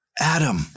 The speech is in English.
Adam